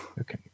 Okay